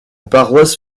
paroisse